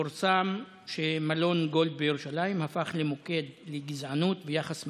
פורסם שמלון גולד בירושלים הפך מוקד לגזענות וליחס משפיל,